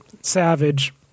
Savage